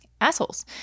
assholes